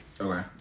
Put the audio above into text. Okay